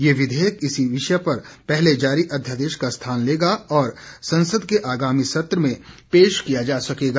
ये विधेयक इसी विषय पर पहले जारी अध्यादेश का स्थान लेगा और संसद के आगामी सत्र में पेश किया जा सकेगा